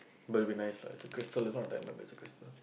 but it'll be nice lah is a crystal is not a diamond is a crystal